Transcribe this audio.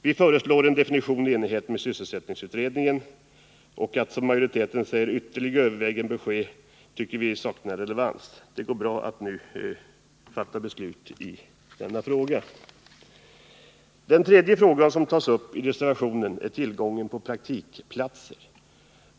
Vi föreslår en definition i enlighet med sysselsättningsutredningens förslag. Utskottsmajoritetens uttalande att ytterligare överväganden bör ske tycker vi saknar relevans. Det går bra att nu fatta beslut i denna fråga. Den tredje fråga som tas upp i reservationen är tillgången på praktikplatser.